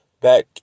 Back